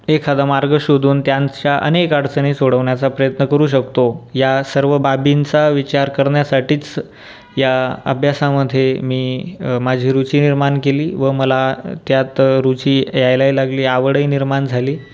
एखादा मार्ग शोधून त्यांच्या अनेक अडचणी सोडवण्याचा प्रयत्न करू शकतो या सर्व बाबींचा विचार करण्यासाठीच या अभ्यासामध्ये मी माझी रुची निर्माण केली व मला त्यात रुची यायलाही लागली आवडही निर्माण झाली